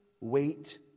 wait